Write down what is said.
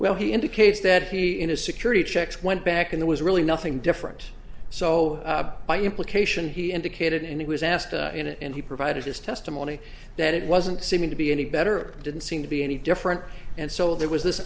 well he indicates that he in a security checks went back in there was really nothing different so by implication he indicated and he was asked and he provided his testimony that it wasn't seeming to be any better didn't seem to be any different and so there was this